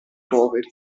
poveri